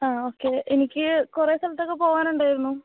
ആ ഓക്കെ എനിക്ക് കുറേ സ്ഥലത്തൊക്കെ പോവാനുണ്ടായിരുന്നു